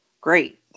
great